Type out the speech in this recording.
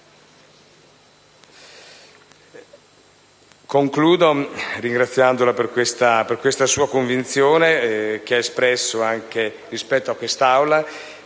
Concludo ringraziandola per la sua convinzione che ha espresso anche in quest'Aula,